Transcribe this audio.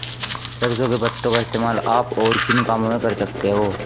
सरसों के पत्तों का इस्तेमाल आप और किन कामों में कर सकते हो?